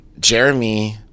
Jeremy